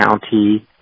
county